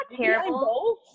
terrible